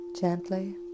gently